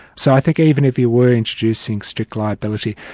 so i think even if you were introducing strict liability,